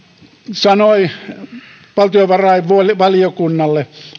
sanoi valtiovarainvaliokunnalle